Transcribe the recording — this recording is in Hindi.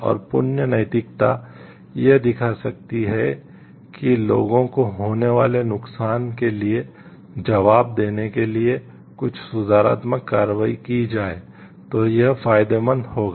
और पुण्य नैतिकता यह दिखा सकती है कि लोगों को होने वाले नुकसान के लिए जवाब देने के लिए कुछ सुधारात्मक कार्रवाई की जाए तो यह फायदेमंद होगा